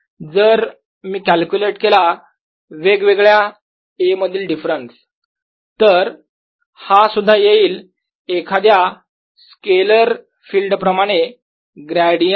जर मी कॅल्क्युलेट केला वेगवेगळ्या A मधील डिफरन्स तर हा सुद्धा येईल एखाद्या स्केलर फिल्ड प्रमाणे ग्रेडियंट इतका